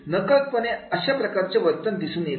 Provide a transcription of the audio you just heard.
नकळतपणे अशा प्रकारची वर्तणूक दिसून येते